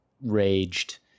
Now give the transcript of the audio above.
raged